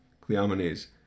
Cleomenes